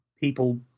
people